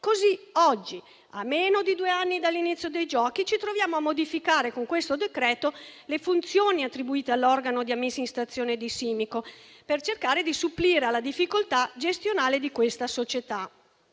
pertanto, a meno di due anni dall'inizio dei giochi, ci troviamo a modificare, con questo decreto-legge, le funzioni attribuite all'organo di amministrazione di Simico, per cercare di supplire alla difficoltà gestionale di questa società.